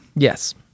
Yes